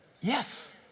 Yes